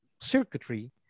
circuitry